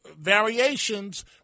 variations